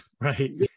Right